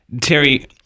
Terry